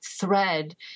thread